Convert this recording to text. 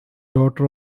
daughter